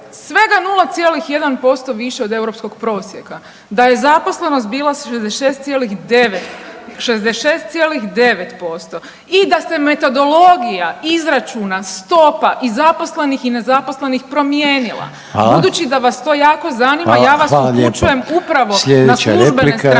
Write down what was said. svega 0,1% više od europskog prosjeka. Da je zaposlenost bila 66,9, 66,9% i da se metodologija izračuna stopa i zaposlenih i nezaposlenih promijenila. …/Upadica: Hvala./… Budući da vas to jako zanima ja vas …/Upadica: Hvala